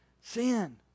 sin